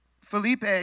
felipe